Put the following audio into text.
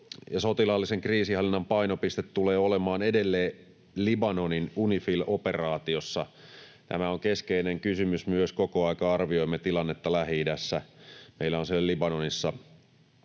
sotilaallisen kriisinhallinnan painopiste tulee olemaan edelleen Libanonin UNIFIL-operaatiossa. Tämä on keskeinen kysymys myös, koko ajan arvioimme tilannetta Lähi-idässä. Meillä on siellä Libanonissa